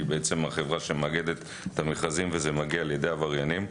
החברה שמאגדת את המכרזים וזה מגיע לידי עבריינים.